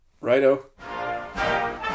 righto